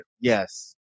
Yes